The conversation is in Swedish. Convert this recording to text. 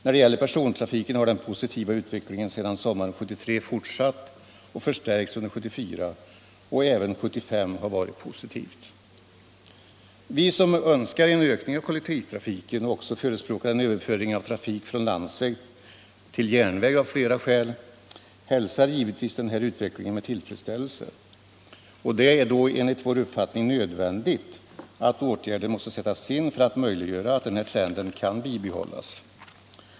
När det gäller persontrafiken har den positiva utvecklingen sedan sommaren 1973 fortsatt och förstärkts under 1974. Även 1975 har varit ett positivt år. Vi som önskar en ökning av kollektivtrafiken, och också av flera skäl förespråkar en överföring av trafik från landsväg till järnväg, hälsar givetvis den här utvecklingen med tillfredsställelse. Det är enligt vår uppfattning nödvändigt att åtgärder sätts in för att möjliggöra att den här trenden bibehålls.